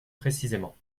précisément